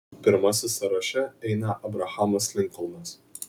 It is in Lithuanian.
pirmasis sąraše eina abrahamas linkolnas